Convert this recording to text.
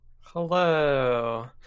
Hello